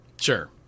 Sure